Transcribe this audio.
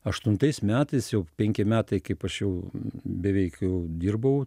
aštuntais metais jau penkti metai kaip aš jau beveik jau dirbau